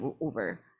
over